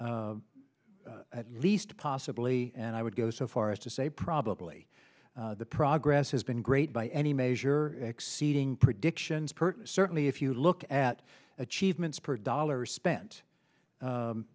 say at least possibly and i would go so far as to say probably the progress has been great by any measure exceeding predictions per certainly if you look at achievements per dollar spent